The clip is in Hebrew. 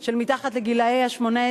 שהוא מתחת ל-18.